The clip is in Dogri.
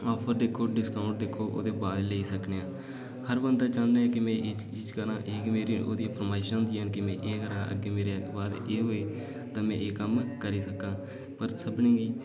आफर दिक्खो डिस्काउंट दिक्खो उ'दे बा' लेई सकनेआं हर बंदा चाहंदा ऐ कि में एह् चीज करां ओह् दियां फरमाइशां होंदियां न केह् में एह् करां अग्गै मेरे बाद एह् होए ते में एह् कम्म करी सकां पर सभनें गी